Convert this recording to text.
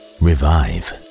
revive